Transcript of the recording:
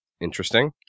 Interesting